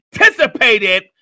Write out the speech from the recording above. anticipated